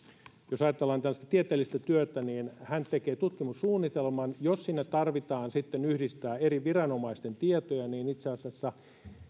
jos ajatellaan tällaista tieteellistä työtä tekee tutkimussuunnitelman ja jos sinne sitten tarvitsee yhdistää eri viranomaisten tietoja niin itse asiassa